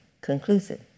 conclusive